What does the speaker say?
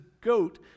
goat